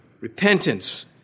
Repentance